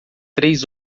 três